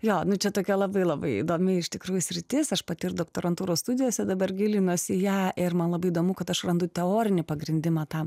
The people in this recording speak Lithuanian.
jo nu čia tokia labai labai įdomi iš tikrųjų sritis aš pati ir doktorantūros studijose dabar gilinuosi į ją ir man labai įdomu kad aš randu teorinį pagrindimą tam